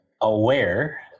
aware